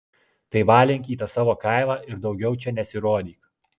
tai valink į tą savo kaimą ir daugiau čia nesirodyk